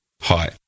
Hi